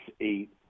eight